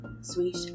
sweet